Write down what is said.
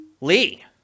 Lee